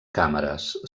càmeres